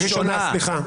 ראשונה, סליחה.